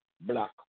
black